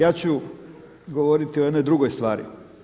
Ja ću govoriti o jednoj drugoj stvari.